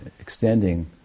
extending